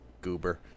goober